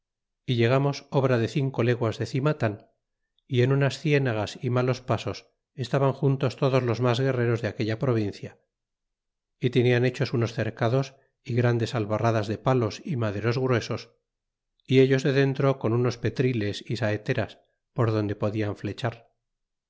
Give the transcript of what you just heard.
é llegamos obra de cinco leguas de cimatan é en unas cienagas y malos pasos estaban juntos todos los mas guerreros de aquella provincia y tenian hechos unos cercados y grandes albarradas de palos y maderos gruesos y ellos de dentro con unos petriles y saeteras por donde podian flechar